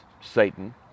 Satan